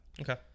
okay